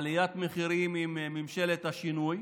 עליית מחירים עם ממשלת השינוי.